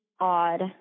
odd